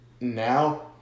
Now